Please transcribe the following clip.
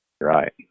Right